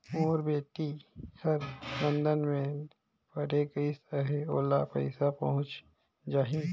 मोर बेटी हर लंदन मे पढ़े गिस हय, ओला पइसा पहुंच जाहि?